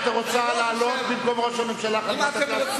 את רוצה לעלות במקום ראש הממשלה, חברת הכנסת?